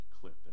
clip